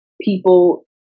people